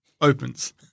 opens